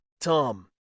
tom